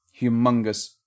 humongous